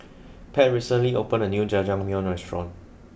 Pat recently opened a new Jajangmyeon restaurant